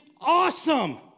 awesome